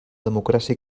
democràcia